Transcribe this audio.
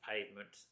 Pavement